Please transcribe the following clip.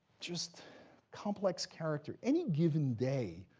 just complex character. any given day,